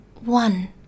One